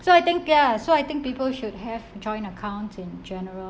so I think ya so I think people should have joint account in general